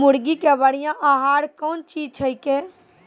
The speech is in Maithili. मुर्गी के बढ़िया आहार कौन चीज छै के?